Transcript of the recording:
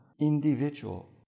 individual